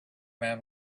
man